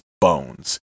bones